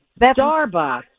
Starbucks